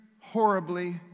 horribly